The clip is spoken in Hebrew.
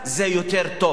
זה יותר טוב.